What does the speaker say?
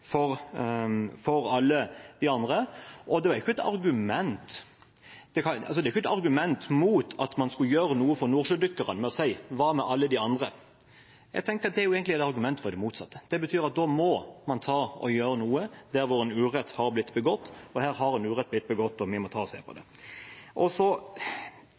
for alle de andre. Og det er ikke et argument mot at man skal gjøre noe for nordsjødykkerne, å si: Hva med alle de andre? Jeg tenker at det egentlig er et argument for det motsatte. Det betyr at da må man gjøre noe der urett har blitt begått, og her har urett blitt begått, og vi må se på det.